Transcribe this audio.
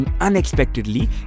unexpectedly